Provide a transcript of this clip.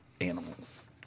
animals